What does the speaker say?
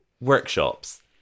Workshops